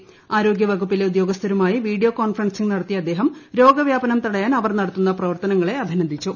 ീആരോഗ്യ വകുപ്പിലെ ഉദ്യോഗസ്ഥരുമായി video conferencing നടത്തിയ അദ്ദേഹം രോഗ വ്യാപനം തടയാൻ അവർ നടത്തുന്ന പ്രവർത്തനങ്ങളെ അഭിനന്ദിച്ചു